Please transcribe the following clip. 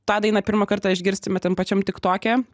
tą dainą pirmą kartą išgirstume tam pačiam tik toke